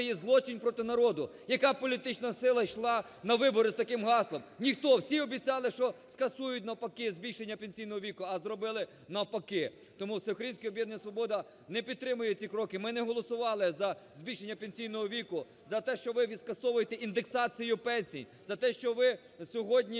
є злочин проти народу. Яка політична сила йшла на вибори з таким гаслом? Ніхто, всі обіцяли, що скасують навпаки збільшення пенсійного віку, а зробили навпаки. Тому Всеукраїнське об'єднання "Свобода" не підтримує ці кроки. Ми не голосували за збільшення пенсійного віку, за те, що ви скасовуєте індексацію пенсій, за те, що ви сьогодні